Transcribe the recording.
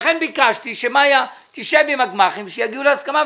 לכן ביקשתי שמאיה תשב עם הגמ"חים ושיגיעו להסכמה,